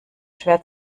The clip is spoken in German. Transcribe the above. schwer